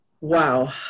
Wow